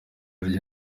rye